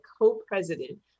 co-president